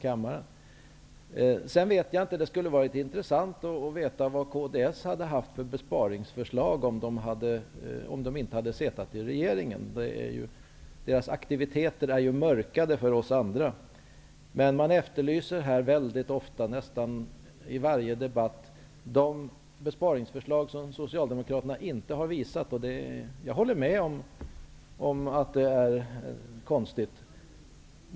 Det skulle vara intressant att få veta vilka besparingsförslag som kds skulle ha haft om partiet inte hade suttit i regeringsställning. Kds aktiviteter är ju mörkade för oss andra. Nästan i varje debatt efterlyses Socialdemokraternas besparingsförslag som de inte har visat. Jag håller med om att det är konstigt.